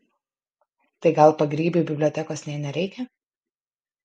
tai gal pagrybiui bibliotekos nė nereikia